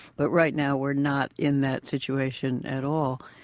but right now, we're not in that situation at all.